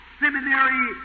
seminary